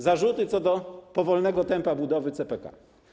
Zarzuty co do powolnego tempa budowy CPK.